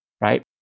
right